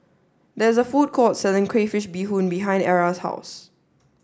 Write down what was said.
there is a food court selling Crayfish Beehoon behind Era's house